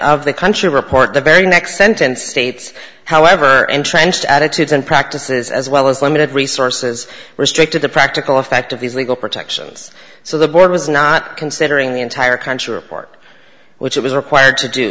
of the country report the very next sentence states however entrenched attitudes and practices as well as limited resources restricted the practical effect of these legal protections so the board was not considering the entire country report which it was required to do